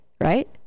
right